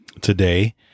today